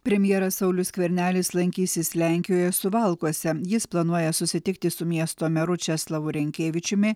premjeras saulius skvernelis lankysis lenkijoje suvalkuose jis planuoja susitikti su miesto meru česlovu rinkevičiumi